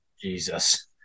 Jesus